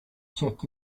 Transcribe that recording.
check